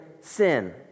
sin